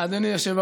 טוב.